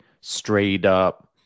straight-up